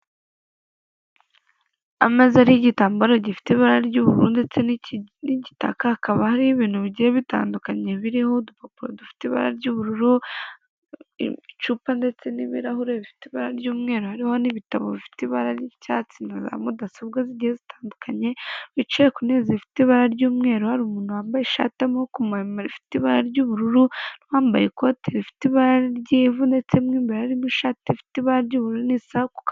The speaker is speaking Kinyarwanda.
amezi ari y'igitambararo gifite ibara ry'ubururu ndetse n'igitaka hakaba hariho ibintu bigiye bitandukanye biriho udupapuro dufite ibara ry'ubururu icupa ndetse n'ibirahuri bifite ibara ry'umweru hariho n'ibitabo bifite ibara ry'icyatsi na za mudasobwa zigenda zitandukanye bicaye ku ntebe zifite ibara ry'umweru hari umuntu wambaye ishatiamaboko rifite ibara ry'ubururu rwambaye ikote rifite ibara ry'ivu ndetse n'immbe haririmo ishati ifite ibara ryubururu n'isakuka.